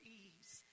ease